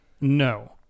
No